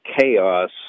chaos